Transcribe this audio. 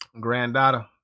Granddaughter